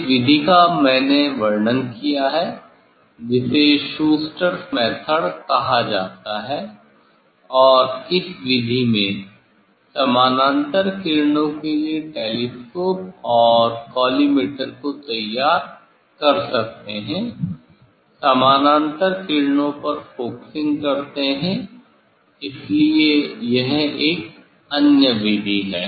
इस विधि का मैंने वर्णन किया है जिसे शूस्टरस मेथड Schuster's method कहा जाता है और इस विधि में समांतर किरणों के लिए टेलीस्कोप और कॉलीमेटर को तैयार कर सकते हैं समानांतर किरणों पर फोकसिंग करते हैं इसलिए यह एक अन्य विधि है